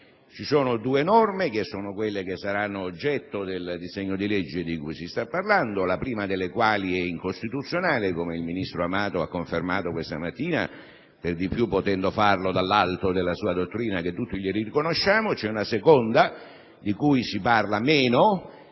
Ci sono due norme che saranno oggetto del disegno di legge di cui si sta parlando, la prima delle quali è incostituzionale, come il ministro Amato ha confermato questa mattina, per di più potendo farlo dall'alto della sua dottrina che tutti gli riconosciamo. La seconda, di cui si parla meno,